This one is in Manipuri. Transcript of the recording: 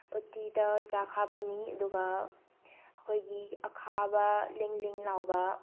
ꯎꯇꯤꯗ ꯆꯥꯛ ꯍꯥꯞꯄꯅꯤ ꯑꯗꯨꯒ ꯑꯩꯈꯣꯏꯒꯤ ꯑꯈꯥꯕ ꯂꯦꯡ ꯂꯦꯡ ꯂꯥꯎꯕ